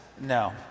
No